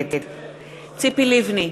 נגד ציפי לבני,